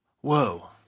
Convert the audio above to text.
Whoa